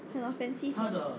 很 offensive